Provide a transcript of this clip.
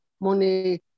money